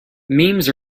memes